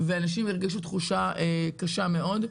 ואנשים הרגישו תחושה קשה מאוד.